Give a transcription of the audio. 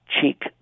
cheek